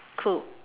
cool